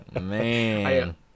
man